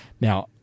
Now